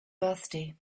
birthday